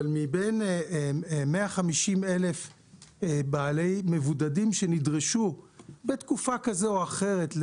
מבין 150,000 מבודדים שנדרשו לבידוד בתקופה כזאת או אחרת,